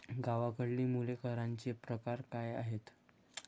गावाकडली मुले करांचे प्रकार काय आहेत?